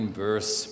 verse